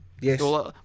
Yes